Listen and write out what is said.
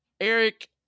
Eric